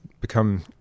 become